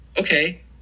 Okay